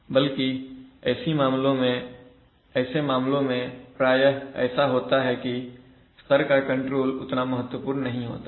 बल्कि ऐसे मामलों में प्रायः ऐसा होता है कि स्तर का कंट्रोल उतना महत्वपूर्ण नहीं होता है